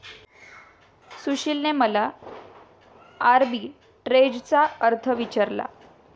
सुशीलने मला आर्बिट्रेजचा अर्थ विचारला